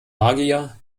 magier